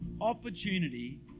opportunity